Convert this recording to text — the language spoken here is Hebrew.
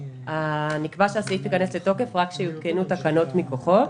נקבע שהסעיף ייכנס לתוקף רק כשיותקנו תקנות מכוחו.